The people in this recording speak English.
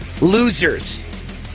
losers